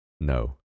No